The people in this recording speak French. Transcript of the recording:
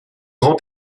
grand